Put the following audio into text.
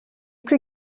plus